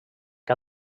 que